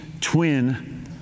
twin